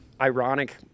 Ironic